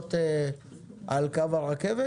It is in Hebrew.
מכולות על קו הרכבת?